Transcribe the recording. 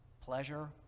Pleasure